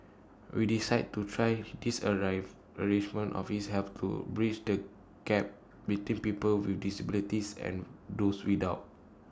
we decided to try this arrive arrangement of its helps to bridge the gap between people with disabilities and those without